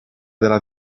della